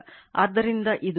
ಆದ್ದರಿಂದ ಇದು 0